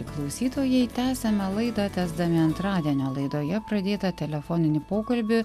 klausytojai tęsiame laidą tęsdami antradienio laidoje pradėtą telefoninį pokalbį